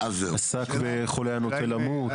עסק בחולה הנוטה למות.